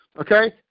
okay